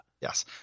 Yes